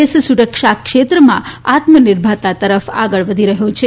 દેશ સુરક્ષા ક્ષેત્રમાં આત્મનિર્ભરતા તરફ આગળ વધી રહ્યું છે